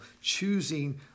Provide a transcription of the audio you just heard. choosing